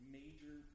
major